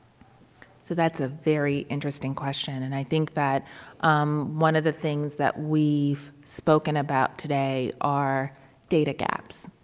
so that's a very interesting question, and i think that um one of the things that we've spoken about today are data gaps.